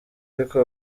ariko